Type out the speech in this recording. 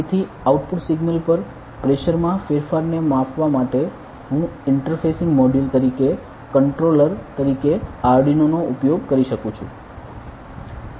તેથી output signal પર pressure માં ફેરફારને માપવા માટે હું ઇન્ટરફેસીંગ મોડ્યુલ તરીકે કંટ્રોલર તરીકે આરડ્યુનો નો ઉપયોગ કરી શકું છું